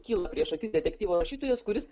kyla prieš akis detektyvo rašytojas kuris